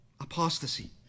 apostasy